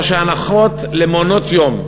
או שהנחות למעונות-יום,